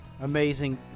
Amazing